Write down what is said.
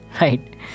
right